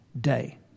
day